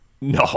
no